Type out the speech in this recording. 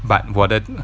but 我的